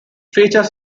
features